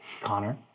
Connor